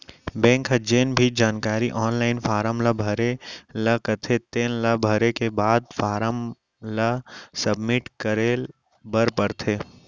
bank ह जेन भी जानकारी आनलाइन फारम ल भरे ल कथे तेन ल भरे के बाद फारम ल सबमिट करे बर परथे